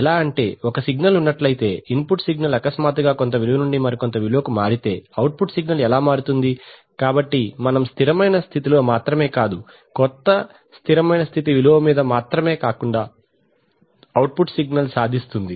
ఎలా అంటే ఒక సిగ్నల్ ఉన్నట్లైతే ఇన్పుట్ సిగ్నల్ అకస్మాత్తుగా కొంత విలువ నుండి మరి కొంత విలువకు మారితే అవుట్పుట్ సిగ్నల్ ఎలా మారుతుంది కాబట్టి మనము స్థిరమైన స్థితితో మాత్రమే కాదు కొత్త స్థిరమైన స్థితి విలువ మీద మాత్రమే కాకుండా అవుట్పుట్ సిగ్నల్ సాధిస్తుంది